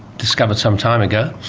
discovered some time ago,